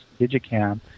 Digicam